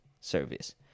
service